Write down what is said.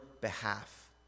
behalf